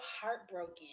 heartbroken